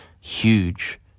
huge